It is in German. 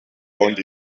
und